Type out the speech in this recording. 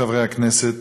חברי הכנסת,